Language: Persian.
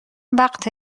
وقت